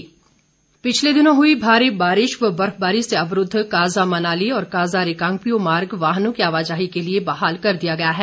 मारकंडा पिछले दिनों हई भारी बारिश व बर्फबारी से अवरूद्ध काज़ा मनाली और काज़ा रिकांगपिओ मार्ग वाहनों की आवाजाही के लिए बहाल कर दिया गया है